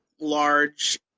large